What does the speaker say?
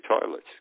toilets